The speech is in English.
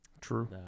True